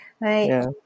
Right